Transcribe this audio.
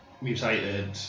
mutated